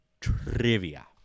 trivia